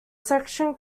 section